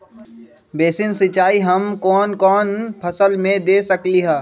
Basin सिंचाई हम कौन कौन फसल में दे सकली हां?